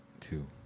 Two